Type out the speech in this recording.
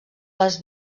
les